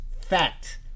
fact